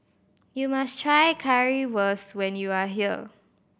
you must try Currywurst when you are here